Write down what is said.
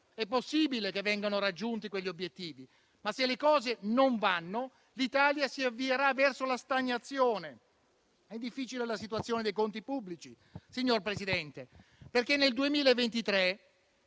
è possibile che quegli obiettivi vengano raggiunti; ma, se le cose non vanno, l'Italia si avvierà verso la stagnazione. È difficile la situazione dei conti pubblici, signor Presidente, perché nel 2023